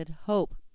hope